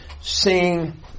sing